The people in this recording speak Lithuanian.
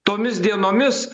tomis dienomis